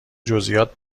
جزییات